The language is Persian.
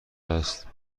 است